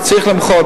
וצריך למחות,